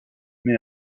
mai